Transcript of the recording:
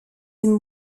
him